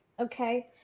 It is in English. okay